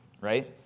right